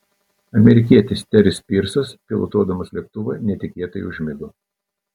amerikietis teris pyrsas pilotuodamas lėktuvą netikėtai užmigo